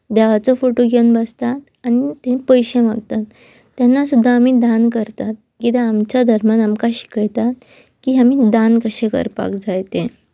देवाचो फोटो घेवन बसतात आनी तें पयशे मागतात तेन्ना सुद्दां आमी दान करतात कित्याक आमच्या धर्मान आमकां शिकयतात की आमी दान कशें करपाक जाय तें